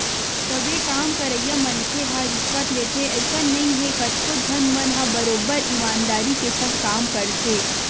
सबे काम करइया मनखे ह रिस्वत लेथे अइसन नइ हे कतको झन मन ह बरोबर ईमानदारी के संग काम करथे